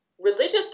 religious